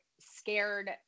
scared